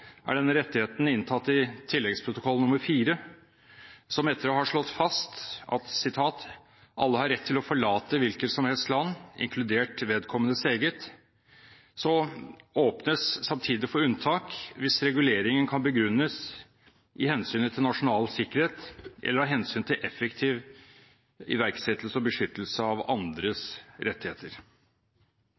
er denne rettigheten inntatt i tilleggsprotokoll 4, som etter å ha slått fast at alle har rett til å forlate hvilket som helst land, inkludert vedkommendes eget, samtidig åpner for unntak hvis reguleringen begrunnes i hensynet til nasjonal sikkerhet eller av hensyn til effektiv iverksettelse og beskyttelse av andres rettigheter.